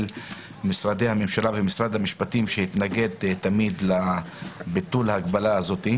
משרדי הממשלה ומשרד המשפטים שהתנגד תמיד לביטול ההגבלה הזאת.